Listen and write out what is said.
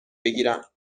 بگیرم